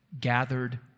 Gathered